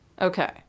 okay